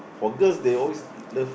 for girls they always love